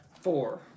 four